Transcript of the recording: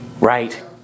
Right